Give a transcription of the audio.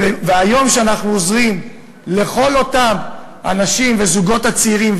והיום כשאנחנו עוזרים לכל אותם אנשים ולזוגות הצעירים,